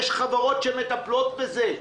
יש חברות שמטפלות בזה,